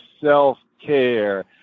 self-care